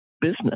business